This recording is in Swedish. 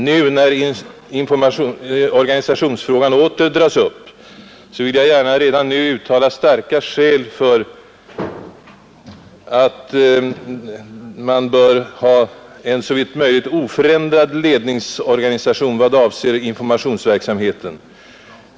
Nu när organisationsfrågan åter dras upp vill jag gärna redan på detta stadium framhålla att starka skäl talar för att man bör ha en såvitt möjligt oförändrad ledningsorganisation vad avser informationsverksamheten.